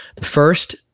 first